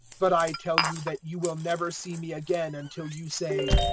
but i tell you that you will never see me again until you say,